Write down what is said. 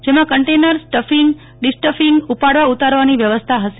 જેમાં container stuffing destuffing ઉપાડવા ઉતારવાની વ્યવસ્થા ફશે